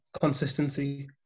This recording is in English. consistency